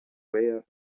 warehouse